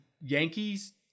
Yankees